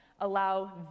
allow